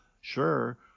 sure